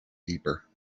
deeper